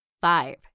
Five